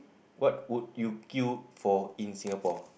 what would you queue for in Singapore